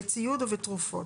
בציוד ובתרופות.